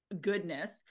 goodness